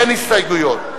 אין הסתייגויות.